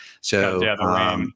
So-